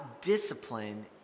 discipline